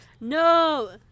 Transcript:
No